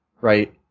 right